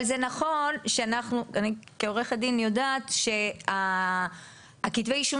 אני כעורכת דין יודעת שכתבי האישום